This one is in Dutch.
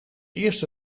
eerste